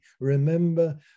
remember